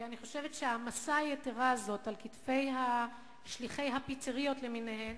אני חושבת שההעמסה היתירה הזאת על כתפי שליחי הפיצריות למיניהם,